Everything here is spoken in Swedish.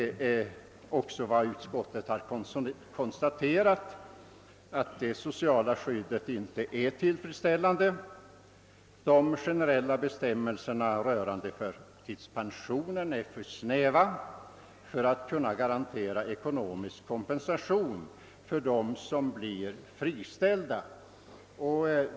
Utskottet har också konstaterat att det sociala skyddet inte är tillfredsställande. De generella bestämmelserna rörande förtidspensioneringen är för snäva för att kunna garantera ekonomisk kompensation till dem som blir friställda.